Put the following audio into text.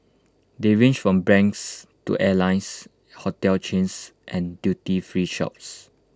they range from banks to airlines hotel chains and duty free shops